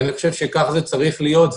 אני חושב שכך צריך להיות.